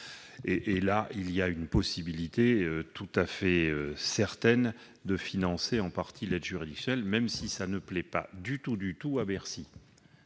... Il y a là une possibilité tout à fait certaine de financer en partie l'aide juridictionnelle, même si cela ne plaît pas du tout à Bercy,